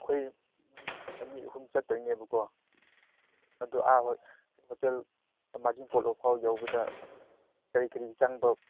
ꯑꯩꯈꯣꯏ ꯃꯤ ꯑꯅꯤ ꯑꯍꯨꯝ ꯆꯠꯇꯣꯏꯅꯦꯕꯀꯣ ꯑꯗꯨ ꯑꯥ ꯍꯣꯇꯦꯜ ꯃꯥꯔꯖꯤꯡ ꯄꯣꯂꯣ ꯐꯥꯎ ꯌꯧꯕꯗ ꯀꯔꯤ ꯀꯔꯤ ꯆꯪꯕ